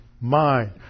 mind